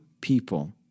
people